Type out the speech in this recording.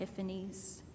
epiphanies